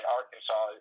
Arkansas